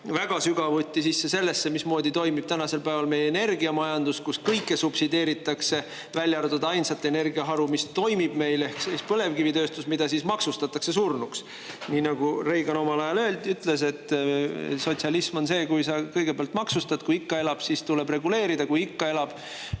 väga sügavuti sisse sellesse, mismoodi toimib tänasel päeval meie energiamajandus, kus kõike subsideeritakse, välja arvatud ainsat energiaharu, mis meil toimib, ehk põlevkivitööstust. Seda maksustatakse surnuks. Reagan omal ajal ütles, et sotsialism on see, et sa kõigepealt maksustad, ning kui ikka elab, siis tuleb reguleerida, kui ikka elab,